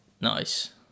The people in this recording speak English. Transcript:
Nice